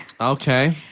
Okay